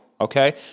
Okay